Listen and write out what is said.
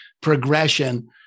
progression